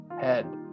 head